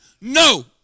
No